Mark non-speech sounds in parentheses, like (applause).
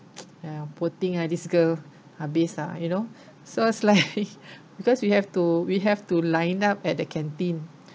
(noise) ya poor thing ah this girl habis lah you know so I was like (laughs) because we have to we have to line up at the canteen